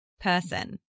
person